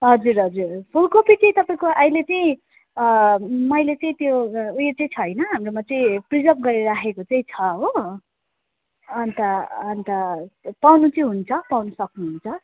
हजुर हजुर फुलकोपी चाहिँ तपाईँको अहिले चाहिँ अँ मैले चाहिँ त्यो उयो चाहिँ छैन हाम्रोमा चाहिँ प्रिजर्भ गरेर राखेको चाहिँ छ हो अन्त अन्त पाउनु चाहिँ हुन्छ पाउनु सक्नुहुन्छ